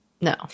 no